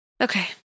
Okay